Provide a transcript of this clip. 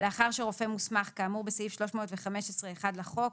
לאחר שרופא מוסמך כאמור בסעיף 315(1) לחוק,